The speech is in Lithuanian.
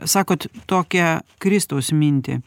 sakot tokią kristaus mintį